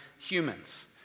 humans